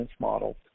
models